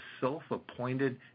self-appointed